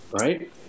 Right